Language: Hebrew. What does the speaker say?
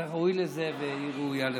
אתה ראוי לזה והיא ראויה לך.